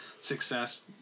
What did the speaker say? success